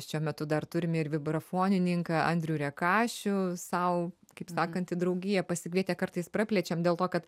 šiuo metu dar turim ir vibrafonininką andrių rekašių sau kaip sakant į draugiją pasikvietę kartais praplečiam dėl to kad